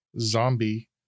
Zombie